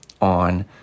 on